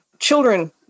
children